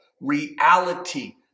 reality